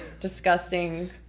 Disgusting